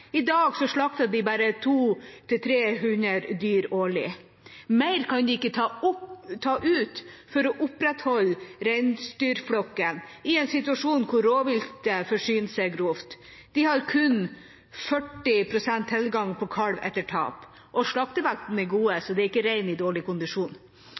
I dag slakter de bare 200–300 dyr årlig. Mer kan de ikke ta ut for å opprettholde reinsdyrflokken i en situasjon der rovvilt forsyner seg grovt. De har kun 40 pst. tilgang på kalv etter tap – og slaktevekten er god, så det er ikke rein i dårlig kondisjon.